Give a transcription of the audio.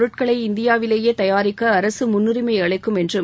பொருட்களை இந்தியாவிலேயே தயாரிக்க அரசு முன்னுரிமை அளிக்கும் என்றும்